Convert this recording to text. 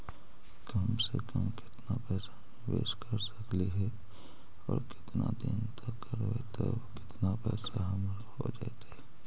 कम से कम केतना पैसा निबेस कर सकली हे और केतना दिन तक करबै तब केतना पैसा हमर हो जइतै?